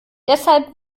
deshalb